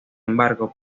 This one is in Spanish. embargo